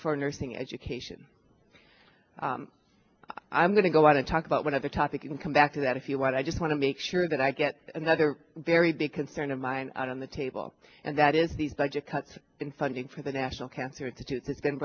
for nursing education i'm going to go out and talk about one other topic and come back to that if you want i just want to make sure that i get another very big concern of mine out on the table and that is these budget cuts in funding for the national cancer institute that's been